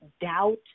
doubt